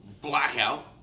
Blackout